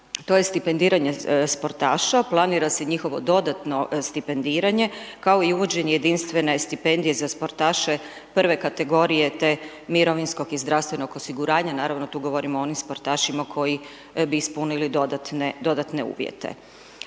to je stipendiranja sportaša, planira se njihovo dodatno stipendiranje, ako i uvođenje jedinstvene stipendije za sportaše prve kategorije te mirovinskog i zdravstvenog osiguranja, naravno tu govorimo o onim sportašima, koji bi ispunili dodatne uvijete.